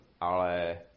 ale